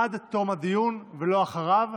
עד תום הדיון ולא אחריו,